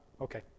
Okay